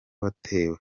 watewe